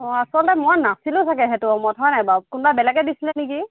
অঁ আচলতে মই নাছিলোঁ চাগে সেইটো সময়ত হয় নাই বাৰু কোনোবা বেলেগে দিছিলে নেকি